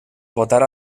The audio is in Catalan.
votar